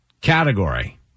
Category